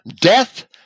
Death